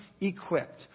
equipped